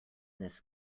this